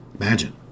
Imagine